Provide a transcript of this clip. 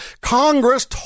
Congress